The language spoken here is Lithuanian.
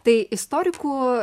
tai istorikų